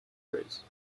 trace